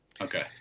Okay